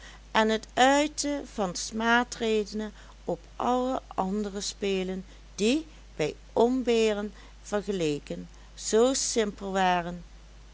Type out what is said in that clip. en het uiten van smaadredenen op alle andere spelen die bij omberen vergeleken zoo simpel waren